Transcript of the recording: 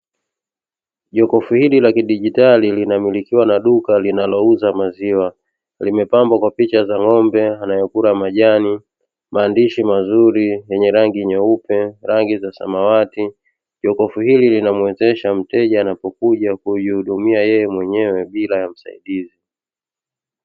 Jokofu hili la kidigitali linamilikiwa na duka linalouza maziwa limepambwa kwa picha za ng'ombe wanakula majani, maandishi mazuri yenye rangi nyeupe, rangi za samawati, Jokofu hili linamuwezesha mteja kuja kumuhudumia yeye mwenyewe bila kusaidiwa.